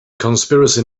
conspiracy